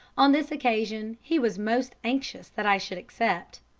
on this occasion he was most anxious that i should accept.